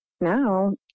now